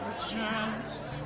chest